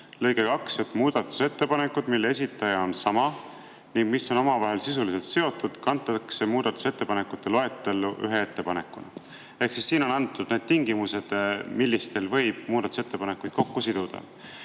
lõikest 2, et muudatusettepanekud, mille esitaja on sama ning mis on omavahel sisuliselt seotud, kantakse muudatusettepanekute loetellu ühe ettepanekuna. Ehk siin on antud need tingimused, mille korral võib muudatusettepanekuid kokku siduda.